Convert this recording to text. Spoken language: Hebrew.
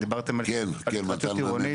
דיברתם על התחדשות עירונית.